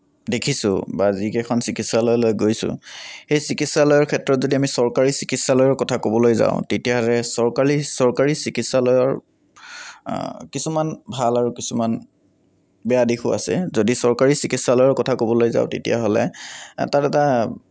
দেখিছোঁ বা যিকেইখন চিকিৎসালয়লৈ গৈছোঁ সেই চিকিৎসালয় ক্ষেত্ৰত যদি আমি চৰকাৰী চিকিৎসালয়ৰ কথা ক'বলৈ যাওঁ তেতিয়াহ'লে চৰকাৰী চৰকাৰী চিকিৎসালয়ৰ কিছুমান ভাল আৰু কিছুমান বেয়া দিশো আছে যদি চৰকাৰী চিকিৎসালয়ৰ কথা ক'বলৈ যাওঁ তেতিয়াহ'লে তাত এটা